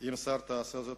אם תעשה זאת,